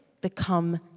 become